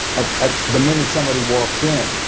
ah the minute somebody walks in.